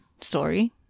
story